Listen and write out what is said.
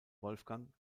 wolfgang